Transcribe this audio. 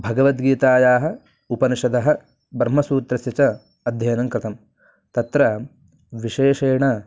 भगवद्गीतायाः उपनिषदः ब्रह्मसूत्रस्य च अध्ययनं कृतं तत्र विशेषेण